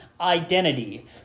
identity